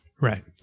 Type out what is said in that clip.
right